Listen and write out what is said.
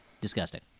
disgusting